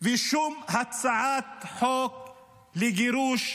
ושום הצעת חוק לגירוש,